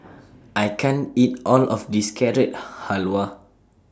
I can't eat All of This Carrot Halwa